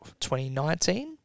2019